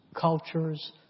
cultures